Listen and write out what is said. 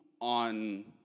on